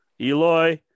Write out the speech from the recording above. Eloy